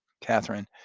Catherine